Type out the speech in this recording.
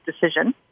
decision